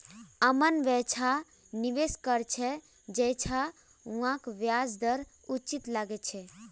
अमन वैछा निवेश कर छ जैछा वहाक ब्याज दर उचित लागछे